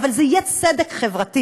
אבל זה יהיה צדק חברתי.